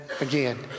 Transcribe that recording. again